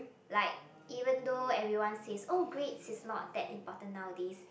like even though everyone says oh great this is not that important nowadays